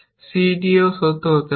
c d এও সত্য হতে পারে